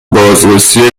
بازرسی